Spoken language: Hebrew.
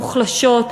מוחלשות,